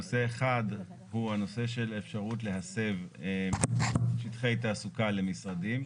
נושא אחד הוא הנושא של אפשרות להסב שטחי תעסוקה למשרדים.